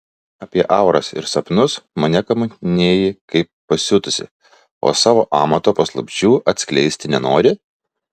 apie auras ir sapnus mane kamantinėji kaip pasiutusi o savo amato paslapčių atskleisti nenori